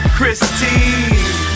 Christine